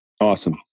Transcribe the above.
Awesome